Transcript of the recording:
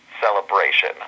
celebration